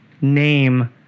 name